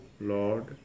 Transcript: Lord